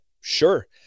sure